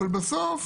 אבל בסוף